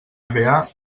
bbva